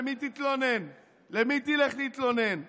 למי תלך להתלונן?